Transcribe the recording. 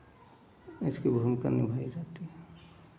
इसकी भूमका निभाई जाती है